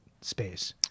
space